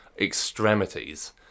extremities